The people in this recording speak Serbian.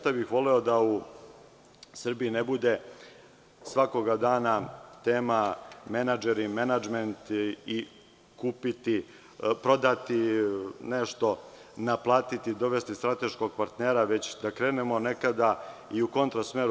Voleo bih da u Srbiji ne bude svakoga dana tema menadžeri i menadžment i kupiti, prodati nešto, naplatiti, dovesti strateškog partnera već da krenemo nekada i u kontra smeru.